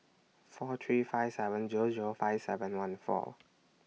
four three five seven Zero Zero five seven one four